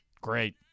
Great